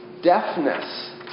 deafness